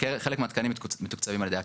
חלק מהתקנים מתוקצבים על ידי הקרן?